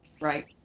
right